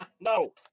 No